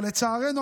אבל לצערנו,